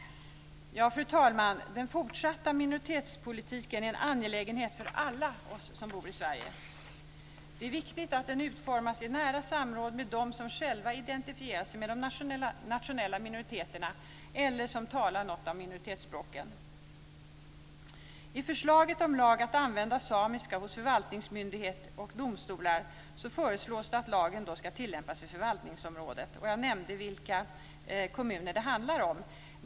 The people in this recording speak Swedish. Fru talman! Den fortsatta minoritetspolitiken är en angelägenhet för alla oss som bor i Sverige. Det är viktigt att den utformas i nära samråd med dem som själva identifierar sig med de nationella minoriteterna eller som talar något av minoritetsspråken. Det föreslås att lag om att man ska använda samiska hos förvaltningsmyndigheter och domstolar ska tillämpas i förvaltningsområdet. Jag nämnde vilka kommuner som det handlar om.